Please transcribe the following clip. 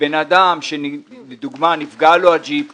שבן אדם שנפגע לו הג'יפ יפוצה.